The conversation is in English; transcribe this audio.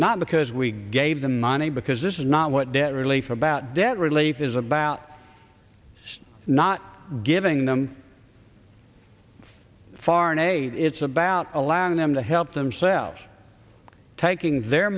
not because we gave them money because this is not what debt relief about debt relief is about not giving them foreign aid it's about allowing them to help themselves taking their